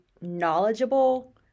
knowledgeable